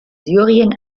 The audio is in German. syrien